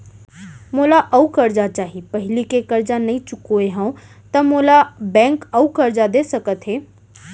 मोला अऊ करजा चाही पहिली के करजा नई चुकोय हव त मोल ला बैंक अऊ करजा दे सकता हे?